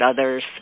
others